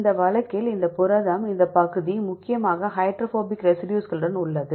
இந்த வழக்கில் இந்த புரதம் இந்த பகுதி முக்கியமாக ஹைட்ரோபோபிக் ரெசிடியூஸ்களுடன் உள்ளது